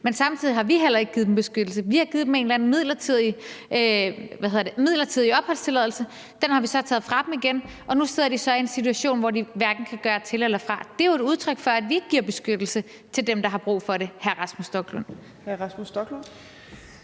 Men samtidig har vi heller ikke givet dem beskyttelse. Vi har givet dem en eller anden midlertidig opholdstilladelse. Den har vi så taget fra dem igen, og nu sidder de så i en situation, hvor de hverken kan gøre til eller fra. Det er jo et udtryk for, at vi ikke giver beskyttelse til dem, der har brug for det, hr. Rasmus Stoklund. Kl. 15:17 Tredje